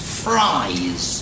fries